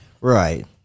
Right